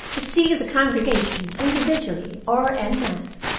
received the congregation individually or en masse,